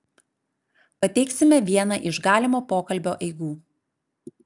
pateiksime vieną iš galimo pokalbio eigų